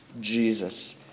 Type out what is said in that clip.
Jesus